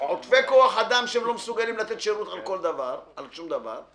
עודפי כוח אדם שהם לא מסוגלים לתת שרות על שום דבר,